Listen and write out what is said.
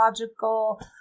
logical